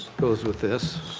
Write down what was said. goes with this.